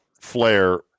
flare